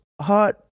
hot